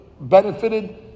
benefited